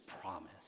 promise